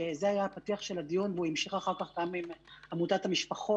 שזה היה הפתיח של הדיון והוא המשיך אחר כך גם עם עמותת המשפחות,